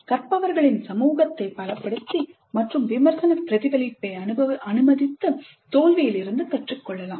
கற்பவர்களின் சமூகத்தை பலப்படுத்தி மற்றும் விமர்சன பிரதிபலிப்பை அனுமதித்து தோல்வியிலிருந்து கற்றுக்கொள்ளலாம்